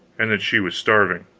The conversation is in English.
and that she was starving.